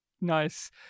Nice